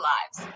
Lives